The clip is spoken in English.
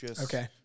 Okay